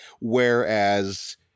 whereas